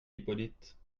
hippolyte